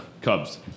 Cubs